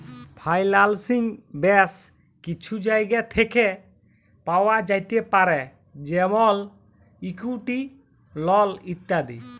ফাইলালসিং ব্যাশ কিছু জায়গা থ্যাকে পাওয়া যাতে পারে যেমল ইকুইটি, লল ইত্যাদি